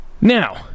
Now